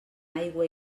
aigua